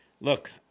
Look